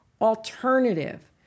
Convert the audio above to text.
alternative